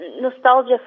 Nostalgia